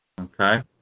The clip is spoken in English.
Okay